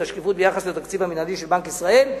השקיפות ביחס לתקציב המינהלי של בנק ישראל,